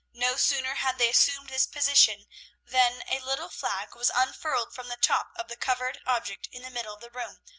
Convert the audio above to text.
no sooner had they assumed this position than a little flag was unfurled from the top of the covered object in the middle of the room,